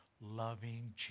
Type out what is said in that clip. loving